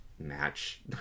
Match